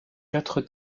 quatre